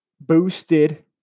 boosted